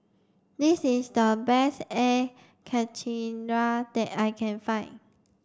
this is the best air Karthira that I can find